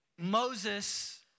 Moses